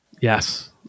Yes